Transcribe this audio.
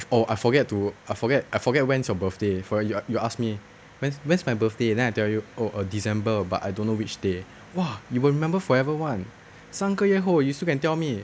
oh I forget to I forget I forget when's your birthday for you you ask me when's when's my birthday then I tell you oh err december but I don't know which day !wah! you will remember forever [one] 三个月后 you still can tell me